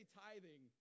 tithing